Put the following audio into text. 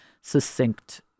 succinct